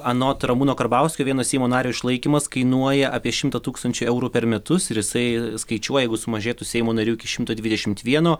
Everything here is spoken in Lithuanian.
anot ramūno karbauskio vieno seimo nario išlaikymas kainuoja apie šimto tūkstančių eurų per metus ir jisai skaičiuoja jeigu sumažėtų seimo narių iki šimto dvidešimt vieno